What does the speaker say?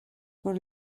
por